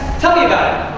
tell me about